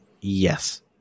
Yes